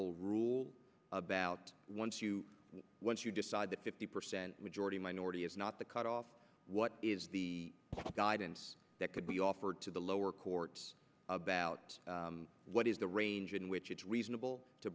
will rule about once you once you decide the fifty percent majority minority is not the cut off what is the guidance that could be offered to the lower courts about what is the range in which it's reasonable to